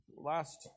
Last